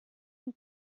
més